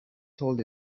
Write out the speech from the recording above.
told